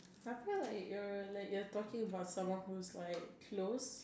I feel like you're like you're talking about someone who's like close